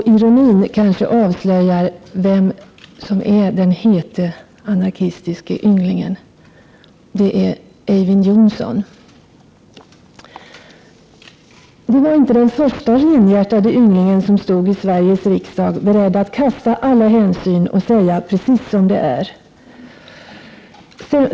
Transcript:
Ironin avslöjar kanske vem som är den hete, anarkistiske ynglingen. Det är Eyvind Johnson. Det var inte den första renhjärtade ynglingen som stod i Sveriges riksdag, beredd att kasta alla hänsyn och säga precis som det är.